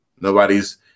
nobody's